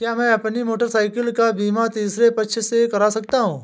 क्या मैं अपनी मोटरसाइकिल का बीमा तीसरे पक्ष से करा सकता हूँ?